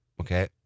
Okay